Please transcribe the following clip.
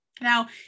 Now